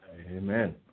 Amen